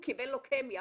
הוא קיבל לוקמיה,